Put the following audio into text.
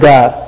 God